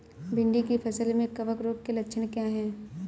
भिंडी की फसल में कवक रोग के लक्षण क्या है?